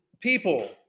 People